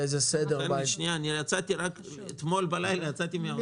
רק אתמול בלילה יצאתי מן הישיבה.